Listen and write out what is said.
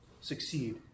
succeed